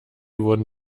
wurden